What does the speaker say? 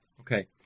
Okay